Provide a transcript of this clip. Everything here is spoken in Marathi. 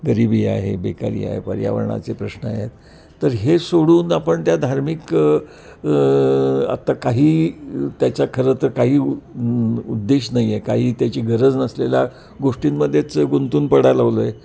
गरीबी आहे बेकारी आहे पर्यावरणाचे प्रश्न आहेत तर हे सोडून आपण त्या धार्मिक आत्ता काही त्याच्या खरं तर काही उद्देश नाही आहे काही त्याची गरज नसलेल्या गोष्टींमध्येच गुंतून पडायला लागलो आहे